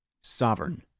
Sovereign